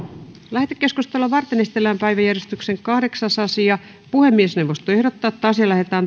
lähetekeskustelua varten esitellään päiväjärjestyksen kahdeksas asia puhemiesneuvosto ehdottaa että asia lähetetään